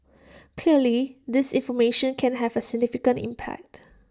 clear disinformation can have A significant impact